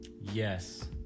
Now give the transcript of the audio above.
Yes